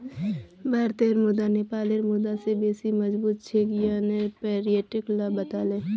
भारतेर मुद्रा नेपालेर मुद्रा स बेसी मजबूत छेक यन न पर्यटक ला बताले